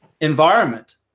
environment